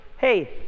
Hey